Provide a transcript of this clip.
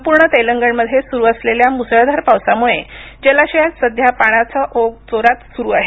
संपूर्ण तेलंगणमध्ये सुरू असलेल्या मुसळधार पावसामुळे जलाशयात सध्या पाण्याचा ओघ जोरात सुरू आहे